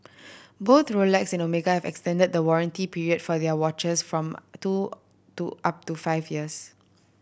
both Rolex and Omega have extended the warranty period for their watches from two to up to five years